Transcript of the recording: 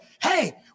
Hey